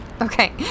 Okay